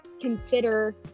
consider